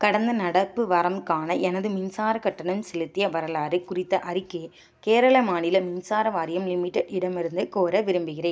கடந்த நடப்பு வாரம்கான எனது மின்சாரக் கட்டணம் செலுத்திய வரலாறு குறித்த அறிக்கையை கேரள மாநில மின்சார வாரியம் லிமிடெட் இடமிருந்து கோர விரும்புகிறேன்